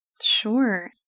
Sure